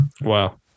Wow